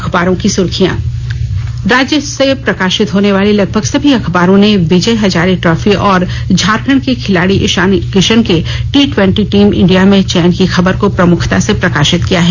अखबारों की सुर्खियां राज्य से प्रकाशित होने वाले लगभग समी अखबारों ने विजय हजारे ट्रॉफी और झारखंड के खिलाड़ी इशान किशन के ट्री ट्वेंटी टीम इंडिया में चयन की खबर को प्रमुखता से प्रकाशित किया है